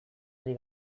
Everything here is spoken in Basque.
ari